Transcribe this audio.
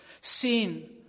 Sin